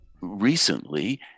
recently